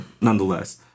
nonetheless